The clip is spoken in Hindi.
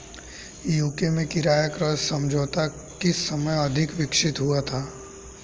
यू.के में किराया क्रय समझौता किस समय अधिक विकसित हुआ था?